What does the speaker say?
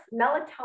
melatonin